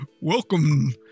Welcome